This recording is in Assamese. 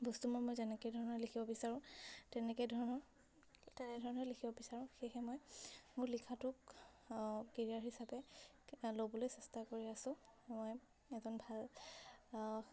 বস্তুবোৰ মই যেনেকৈ ধৰণে লিখিব বিচাৰোঁ তেনেকৈ ধৰণৰ তেনেধৰণে লিখিব বিচাৰোঁ সেয়েহে মই মোৰ লিখাটোক কেৰিয়াৰ হিচাপে ল'বলৈ চেষ্টা কৰি আছো মই এজন ভাল